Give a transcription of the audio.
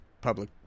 public